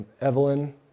Evelyn